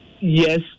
yes